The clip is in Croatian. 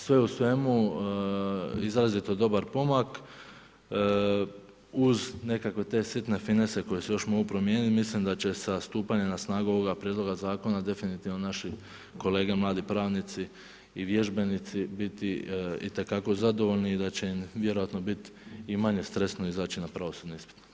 Sve u svemu, izrazito dobar pomak, uz nekakve te sitne finese koje se još mogu promijeniti, mislim da će sa stupanjem na snagu ovoga prijedloga zakona, definitivno naši kolege, mladi pravnici i vježbenici biti itekako zadovoljni i da će im vjerojatno biti i manje stresno izaći na pravosudni ispit.